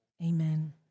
amen